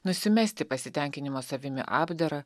nusimesti pasitenkinimo savimi apdarą